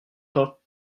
pas